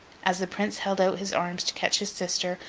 as the prince held out his arms to catch his sister,